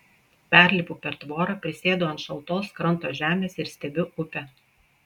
perlipu per tvorą prisėdu ant šaltos kranto žemės ir stebiu upę